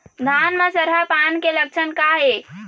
धान म सरहा पान के लक्षण का हे?